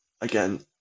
again